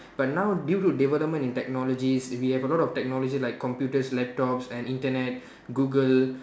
but now due to development in technologies we have a lot of technology like computers laptops and Internet Google